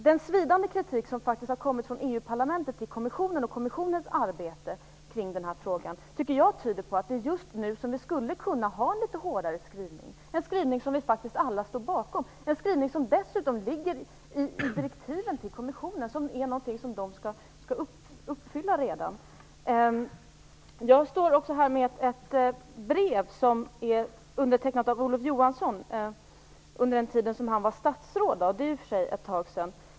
Den svidande kritik som har kommit från EU parlamentet och i samband med kommissionens arbete kring den här frågan tyder enligt min mening på att vi just nu skulle kunna ha en litet hårdare skrivning, en skrivning som vi faktiskt alla står bakom och som dessutom anknyter till direktiven till kommissionen. Jag har här ett brev som är undertecknat av Olof Johansson. Det skrevs under den tid som han var statsråd, vilket i och för sig är ett tag sedan.